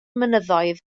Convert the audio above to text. mynyddoedd